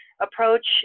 approach